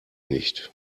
nicht